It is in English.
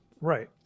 Right